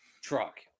truck